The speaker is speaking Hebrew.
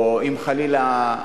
או אם, חלילה,